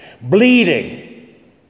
bleeding